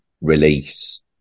release